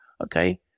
Okay